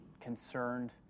concerned